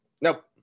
Nope